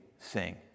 sing